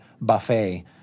buffet